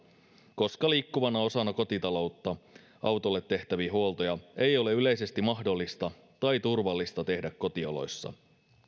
koska liikkuvana osana kotitaloutta autolle tehtäviä huoltoja ei ole yleisesti mahdollista tai turvallista tehdä kotioloissa